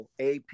AP